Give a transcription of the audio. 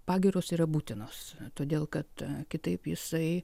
pagyros yra būtinos todėl kad kitaip jisai